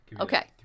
Okay